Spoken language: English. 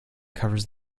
covers